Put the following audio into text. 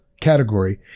category